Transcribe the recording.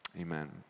Amen